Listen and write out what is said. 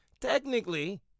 Technically